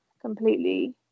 completely